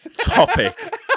Topic